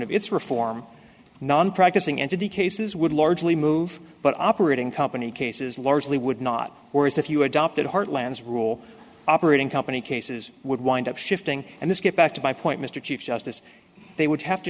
of its reform non practicing entity cases would largely move but operating company cases largely would not or is if you adopted heartlands rule operating company cases would wind up shifting and this get back to my point mr chief justice they would have to